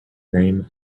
name